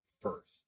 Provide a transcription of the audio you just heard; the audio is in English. first